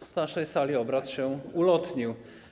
z naszej sali obrad się ulotnił.